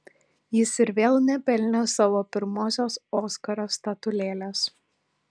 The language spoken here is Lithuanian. jis ir vėl nepelnė savo pirmosios oskaro statulėlės